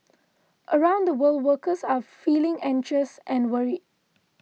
around the world workers are feeling anxious and worried